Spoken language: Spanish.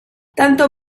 tanto